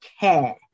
care